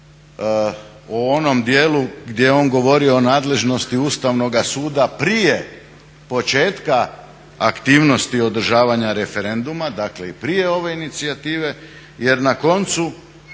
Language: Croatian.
u onom dijelu gdje je on govorio o nadležnosti Ustavnoga suda prije početka aktivnosti održavanja referenduma, dakle i prije ove inicijative, jer na koncu